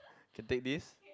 can take this